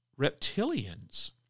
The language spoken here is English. reptilians